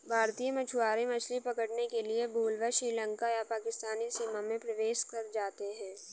भारतीय मछुआरे मछली पकड़ने के लिए भूलवश श्रीलंका या पाकिस्तानी सीमा में प्रवेश कर जाते हैं